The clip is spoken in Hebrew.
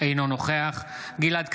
אינו נוכח גלעד קריב,